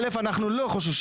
א' אנחנו לא חוששים